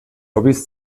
hobbys